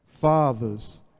Fathers